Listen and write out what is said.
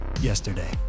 yesterday